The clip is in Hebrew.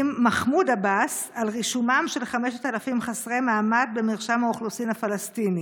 מחמוד עבאס על רישומם של 5,000 חסרי מעמד במרשם האוכלוסין הפלסטיני.